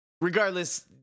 regardless